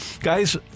guys